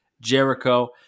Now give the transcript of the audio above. Jericho